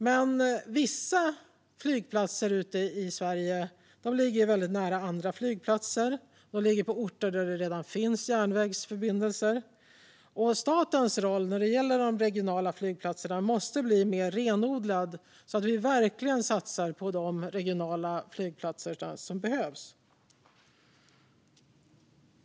Men vissa flygplatser ute i Sverige ligger väldigt nära andra flygplatser på orter där det redan finns järnvägsförbindelser. Statens roll när det gäller de regionala flygplatserna måste bli mer renodlad så att vi verkligen satsar på de regionala flygplatser som behövs.